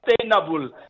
sustainable